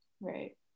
Right